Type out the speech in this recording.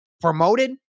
promoted